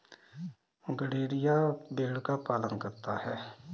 गड़ेरिया भेड़ का पालन करता है